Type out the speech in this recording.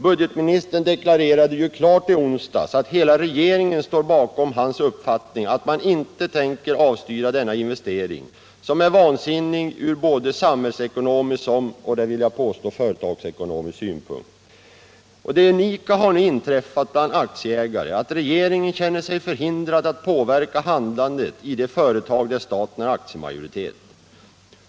Budgetministern deklarerade ju klart i onsdags att hela regeringen står bakom hans uppfattning att man inte tänker avstyra denna investering, som är vansinnig ur både samhällsekonomisk och — det vill jag påstå — företagsekonomisk synpunkt. Det unika bland aktieägare har nu inträffat att regeringen känner sig förhindrad att påverka handlandet i de företag där staten har aktiemajoritet.